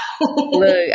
Look